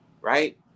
right